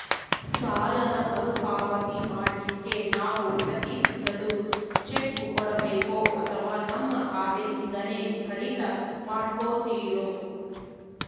ಸಾಲದ ಮರುಪಾವತಿ ಮಾಡ್ಲಿಕ್ಕೆ ನಾವು ಪ್ರತಿ ತಿಂಗಳು ಚೆಕ್ಕು ಕೊಡಬೇಕೋ ಅಥವಾ ನಮ್ಮ ಖಾತೆಯಿಂದನೆ ಕಡಿತ ಮಾಡ್ಕೊತಿರೋ?